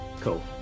Cool